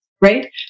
right